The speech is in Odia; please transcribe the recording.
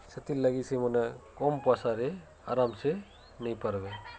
ସେଥିର୍ଲାଗି ସେମାନେ କମ୍ ପଇସାରେ ଆରାମ୍ସେ ନେଇ ପାର୍ବେ